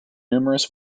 numerous